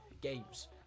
games